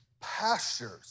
pastures